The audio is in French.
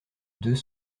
deux